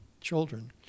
children